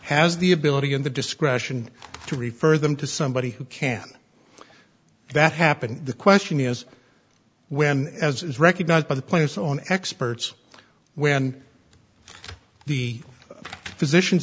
has the ability and the discretion to refer them to somebody who can that happen the question is when as is recognized by the plaintiffs on experts when the physician's